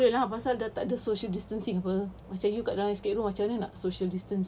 tak boleh lah pasal dah takde social distancing [pe] macam you kat dalam escape room macam mana nak social distance